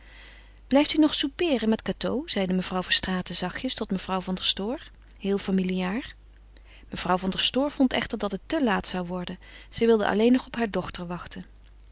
blijft u nog soupeeren met cateau zeide mevrouw verstraeten zachtjes tot mevrouw van der stoor heel familiaar mevrouw van der stoor vond echter dat het te laat zoû worden zij wilde alleen nog op haar dochter wachten